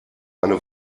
eine